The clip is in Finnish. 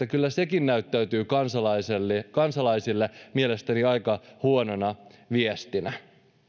kyllä sekin näyttäytyy kansalaisille kansalaisille mielestäni aika huonona viestinä